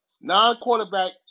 Non-quarterback